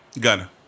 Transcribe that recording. Gunner